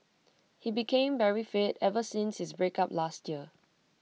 he became very fit ever since his breakup last year